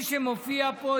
השנייה שמופיעה פה,